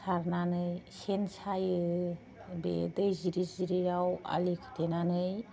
सारनानै सेन सायो बे दै जिरि जिरियाव आलि खोथेनानै